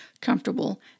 comfortable